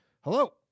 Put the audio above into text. hello